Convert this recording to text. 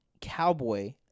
Cowboy